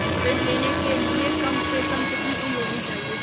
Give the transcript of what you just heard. ऋण लेने के लिए कम से कम कितनी उम्र होनी चाहिए?